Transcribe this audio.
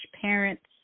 parents